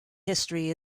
history